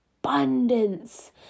abundance